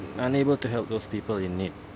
unable to help those people in need